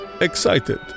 excited